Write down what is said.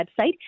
website